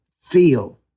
feel